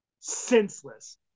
senseless